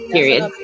Period